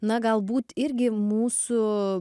na galbūt irgi mūsų